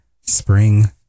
Spring